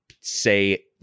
say